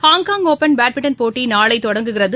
Hong Kong open badminton போட்டி நாளை தொடங்குகிறது